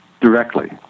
directly